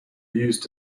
used